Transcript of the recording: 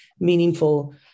meaningful